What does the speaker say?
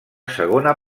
segona